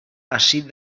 hasi